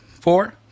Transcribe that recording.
four